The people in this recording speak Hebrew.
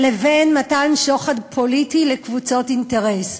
לבין מתן שוחד פוליטי לקבוצות אינטרס.